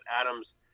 Adams